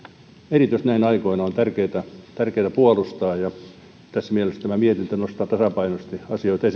erityisesti näinä aikoina on tärkeätä puolustaa ja tässä mielessä tämä mietintö nostaa tasapainoisesti asioita